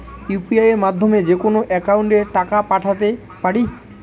UPI মাধ্যমে যেকোনো একাউন্টে টাকা পাঠাতে পারি?